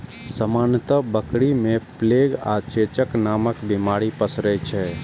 सामान्यतः बकरी मे प्लेग आ चेचक नामक बीमारी पसरै छै